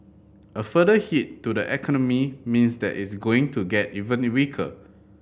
a further hit to the economy means that it's going to get even weaker